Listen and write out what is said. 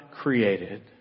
created